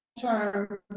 term